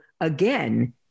again